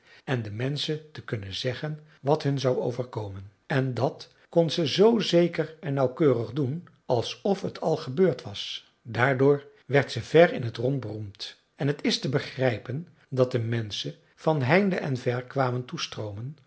en de menschen te kunnen zeggen wat hun zou overkomen en dat kon ze z zeker en nauwkeurig doen alsof het al gebeurd was daardoor werd ze ver in t rond beroemd en t is te begrijpen dat de menschen van heinde en ver kwamen toestroomen